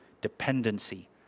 dependency